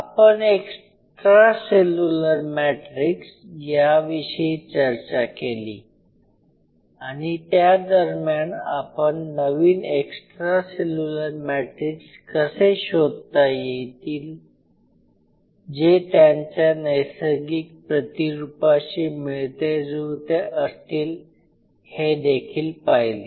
आपण extra cellular matrix याविषयी चर्चा केली आणि त्या दरम्यान आपण नवीन एक्स्ट्रा सेल्युलर मॅट्रिक्स कसे शोधता येतील जे त्यांच्या नैसर्गिक प्रतिरूपाशी मिळतेजुळते असतील हे देखील पहिले